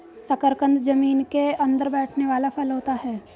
शकरकंद जमीन के अंदर बैठने वाला फल होता है